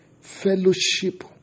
fellowship